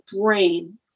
brain